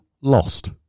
Lost